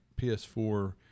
PS4